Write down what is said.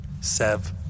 Sev